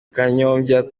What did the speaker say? kanyombya